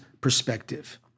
perspective